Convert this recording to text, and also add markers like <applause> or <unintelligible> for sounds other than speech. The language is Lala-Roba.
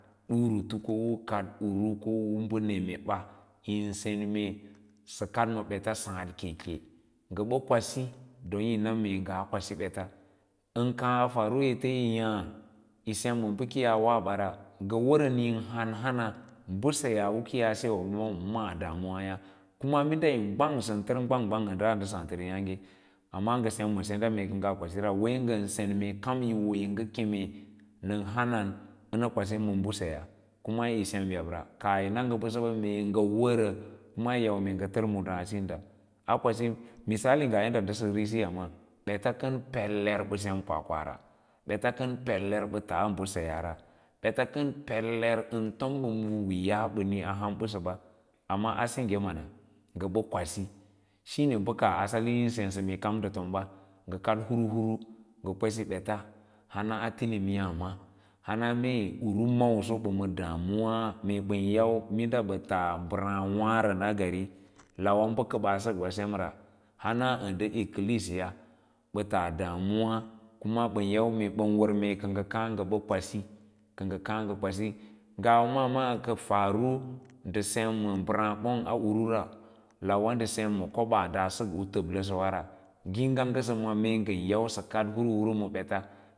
Durinto ko bə kad <unintelligible> nemeba yinsen mee sa kad ma beta saàd keke, nga ɓa kwasi donyi na mee ngaa kwasi bets ən kaâ farm ete yi yaâ yi sem ba ete kiyaa waa ba ra nga waran yin hanhana, mbəseya u kiyaa sewa ya nda maa damuwaya kuma minda yi gwang sa tar gwang-gwang nda ansaaləra yaàgo kuna nga sem ma senda mee ka ngaa kwasira wai ngan sen mee kam woyi nga keme na hanann nə kwasi ma mbəseyaa kuma yisem yabra kaah yi na nga bəsəbə mee nga wərə maya maya nga tar mndaa sinda a kwasi misalo ngaa yadd risiya maa ɓeta kan peler ba sem kwakwara, betə kən peler ba taa mbaseyaara bets kən peler an tom ways ɓa nii aham bə səba amma a sengya mans nga ba kwasi shime ba ka sahyi sensa mee kan nda tomba nga kad hnr hur nga kwasi bets hana a tinims yaa ma hana mee uru maawaso bama damuwa meeɓan yau minda taa mbaraâ waàn agari lawa ba kad baa sk ba semra hana ə nda ekklesiya-a taa damuwa kuma ban yau mee ban war mee ka nga kaa nga kwasi kaa nga Kwasi ka ngal kaa ngə kwasi ngawa maa kafaru nda sem ma mbaraa bonga urura lawa nda sem ma koɓaa daa sak u tab lasawara ngiiga ngəsə ya mee ngan yawa sə kad hir hur ma bets